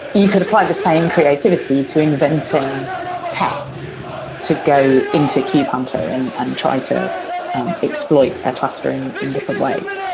you could apply the same creativity to inventing tests to go into kube-hunter and and try to exploit a cluster in in different ways.